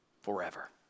forever